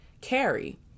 carry